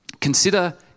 consider